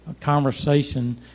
conversation